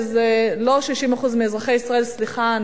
סליחה,